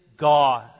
God